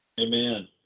Amen